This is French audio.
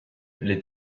les